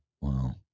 Wow